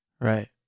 Right